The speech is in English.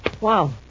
Wow